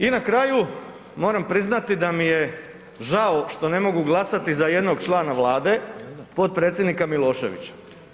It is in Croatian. I na kraju, moram priznat da mi je žao što ne mogu glasati za jednog člana Vlade, potpredsjednika Miloševića.